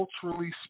Culturally